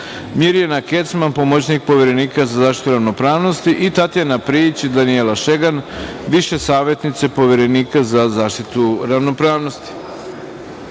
Mirjana Kecman, pomoćnik Poverenika za zaštitu ravnopravnosti i Tatjana Prijić i Danijela Šegan, više savetnice Poverenika za zaštitu ravnopravnosti. Molim